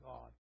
God